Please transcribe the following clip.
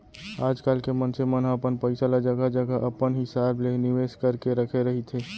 आजकल के मनसे मन ह अपन पइसा ल जघा जघा अपन हिसाब ले निवेस करके रखे रहिथे